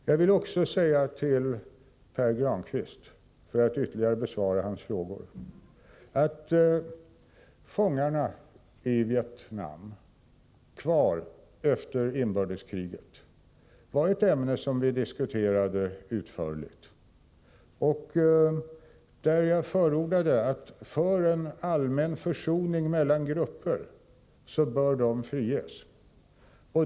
Jag vill också till Pär Granstedt säga, för att ytterligare besvara hans frågor, att de fångar i Vietnam som är kvar efter inbördeskriget var ett ämne som vi diskuterade utförligt och där jag förordade att fångarna bör friges för att nå en allmän försoning mellan grupperna.